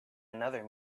another